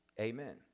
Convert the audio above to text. Amen